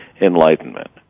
enlightenment